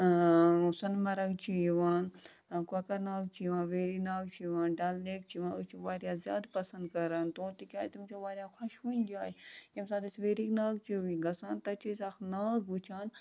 سۄنہٕ مرٕگ چھِ یِوان کۄکَر ناگ چھِ یِوان ویری ناگ چھِ یِوان ڈل لیک چھِ یِوان أسۍ چھِ واریاہ زیادٕ پسنٛد کَران تور تِکیٛازِ تِم چھےٚ واریاہ خوشوٕنۍ جایہِ ییٚمہِ ساتہٕ أسۍ ویری ناگ چھِ وۄنۍ گژھان تَتہِ چھِ أسۍ اَکھ ناگ وٕچھان